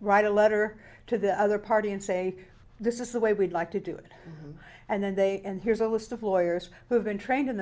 write a letter to the other party and say this is the way we'd like to do it and then they and here's a list of lawyers who have been trained in